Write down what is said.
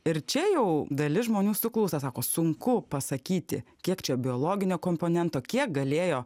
ir čia jau dalis žmonių suklūsta sako sunku pasakyti kiek čia biologinio komponento kiek galėjo